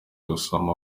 gusoma